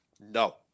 No